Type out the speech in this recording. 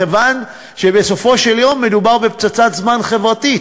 מכיוון שבסופו של דבר מדובר בפצצת זמן חברתית.